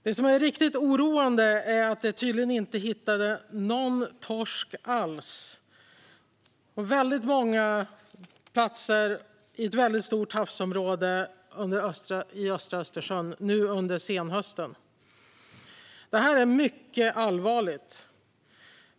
Det som är riktigt oroande är att de på många platser i ett väldigt stort havsområde i östra Östersjön tydligen inte hittade någon torsk alls nu under senhösten. Det är mycket allvarligt.